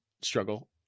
struggle